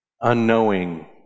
unknowing